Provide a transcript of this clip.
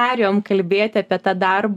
perėjom kalbėti apie tą darbo